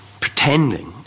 pretending